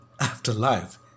Afterlife